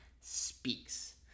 speaks